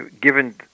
given